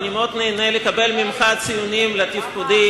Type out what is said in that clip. אני מאוד נהנה לקבל ממך ציונים לתפקודי.